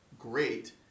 great